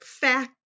fact